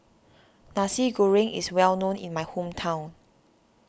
Nasi Goreng is well known in my hometown